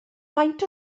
faint